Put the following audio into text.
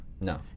No